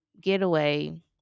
getaway